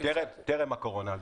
טרם הקורונה.